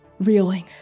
reeling